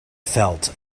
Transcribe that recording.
felt